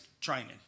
training